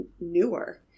newer